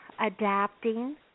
Adapting